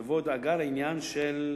יבוא דאגה לעניין של,